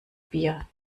bier